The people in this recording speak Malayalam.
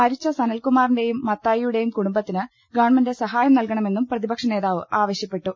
മരിച്ച സനൽ കുമാറിന്റെയും മത്തായി യുടെയും കുടുംബത്തിന് ഗവൺമെന്റ് സഹായം നൽകണമെ ന്നും പ്രതിപക്ഷനേതാവ് ആവശ്യപ്പെട്ടു